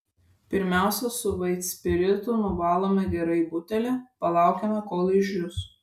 pirmiausia su vaitspiritu nuvalome gerai butelį palaukiame kol išdžius